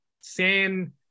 San